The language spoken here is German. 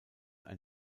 ein